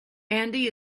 andy